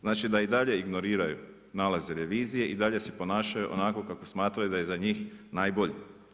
Znači da i dalje ignoriraju nalaze revizije i dalje se ponašaju onako kako smatraju da je za njih najbolje.